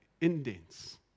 indents